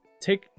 take